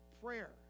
prayer